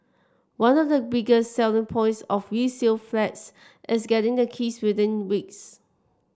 one of the biggest selling points of resale flats is getting the keys within weeks